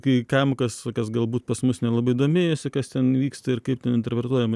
kai kam kas kas galbūt pas mus nelabai domėjosi kas ten vyksta ir kaip ten interpretuojama